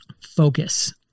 Focus